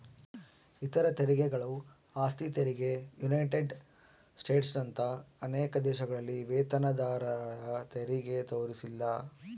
ಇತರ ತೆರಿಗೆಗಳು ಆಸ್ತಿ ತೆರಿಗೆ ಯುನೈಟೆಡ್ ಸ್ಟೇಟ್ಸ್ನಂತ ಅನೇಕ ದೇಶಗಳಲ್ಲಿ ವೇತನದಾರರತೆರಿಗೆ ತೋರಿಸಿಲ್ಲ